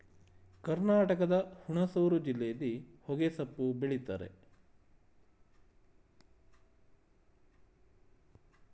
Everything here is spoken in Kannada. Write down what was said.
ಕರ್ನಾಟಕದ ಹುಣಸೂರು ಜಿಲ್ಲೆಯಲ್ಲಿ ಹೊಗೆಸೊಪ್ಪು ಬೆಳಿತರೆ